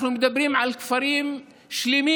אנחנו מדברים על כפרים שלמים,